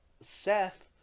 Seth